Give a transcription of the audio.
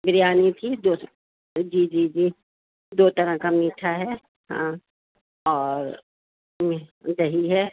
بریانی تھی جو جی جی جی دو طرح کا میٹھا ہے ہاں اور یہ دہی ہے